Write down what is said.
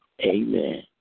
Amen